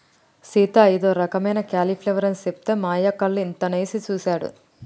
సీత ఇదో రకమైన క్యాలీఫ్లవర్ అని సెప్తే మా అయ్య కళ్ళు ఇంతనేసి సుసాడు